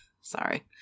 sorry